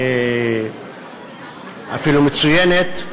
ואפילו מצוינת,